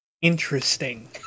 Interesting